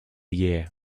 year